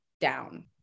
down